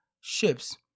ships